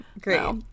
Great